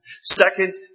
Second